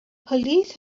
police